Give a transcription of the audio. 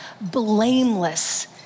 blameless